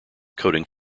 coding